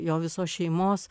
jo visos šeimos